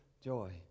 joy